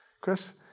Chris